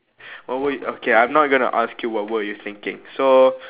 what word okay I'm not gonna ask you what word you thinking so